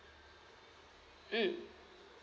mm